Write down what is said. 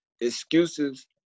Excuses